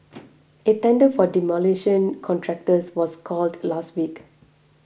a tender for demolition contractors was called last week